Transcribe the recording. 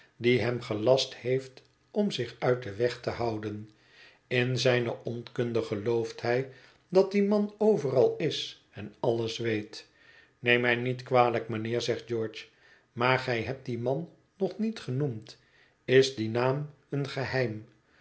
die hem gelast heeft om zich uit den weg te houden in zijne onkunde gelooft hij dat die man overal is en alles weet neem mij niet kwalijk mijnheer zegt george maar gij hebt dien man nog niet genoemd is die naam een geheim